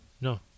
No